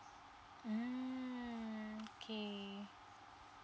um ~ K